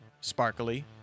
sparkly